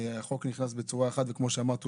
החוק נכנס בצורה אחת וכמו שאמרת,